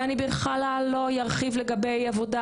ואני בכלל לא ארחיב לגבי עבודה